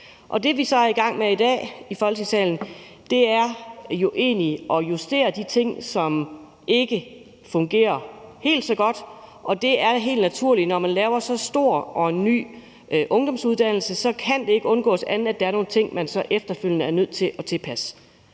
Det, vi så er i gang med i Folketingssalen i dag, er jo egentlig at justere de ting, som ikke fungerer helt så godt, og det er helt naturligt, når man laver sådan en stor ny ungdomsuddannelse, at der er nogle ting, man efterfølgende er nødt til at tilpasse